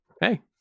hey